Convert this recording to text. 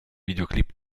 videoclip